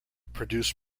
produced